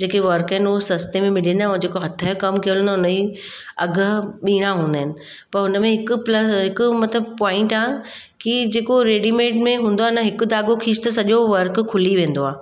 जेके वर्क आहिनि उहे सस्ते में मिली वेंदा आहिनि ऐं जेको हथ जो कमु कयल हूंदो आहे हुनजा अघु ॿीणां हूंदा आहिनि पोइ हुन में हिकु प्ल हिकु मतिलबु पॉइंट आहे की जेको रेडीमेड में हूंदो आहे न हिकु धाॻो खीच त सॼो वर्क खुली वेंदो आहे